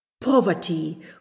poverty